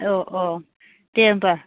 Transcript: औ अ' दे होमबा